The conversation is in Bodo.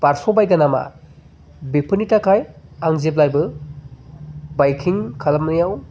बारस'बायगोन नामा बेफोरनि थाखाय आं जेब्लायबो बायकिं खालामनायाव